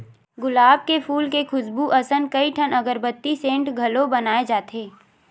गुलाब के फूल के खुसबू असन कइठन अगरबत्ती, सेंट घलो बनाए जाथे